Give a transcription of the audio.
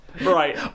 Right